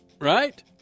right